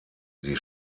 sie